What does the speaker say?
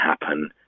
happen